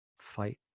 fight